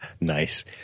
Nice